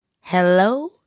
Hello